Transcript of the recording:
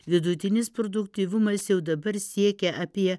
vidutinis produktyvumas jau dabar siekia apie